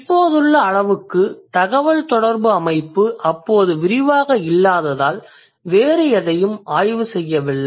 இப்போதுள்ள அளவுக்கு தகவல் தொடர்பு அமைப்பு அப்போது விரிவாக இல்லாததால் வேறு எதையும் ஆய்வுசெய்யவில்லை